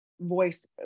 voice